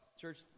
church